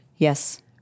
Yes